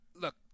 Look